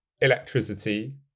electricity